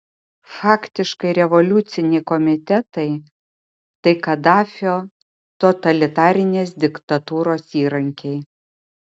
faktiškai revoliuciniai komitetai tai kadafio totalitarinės diktatūros įrankiai